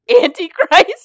antichrist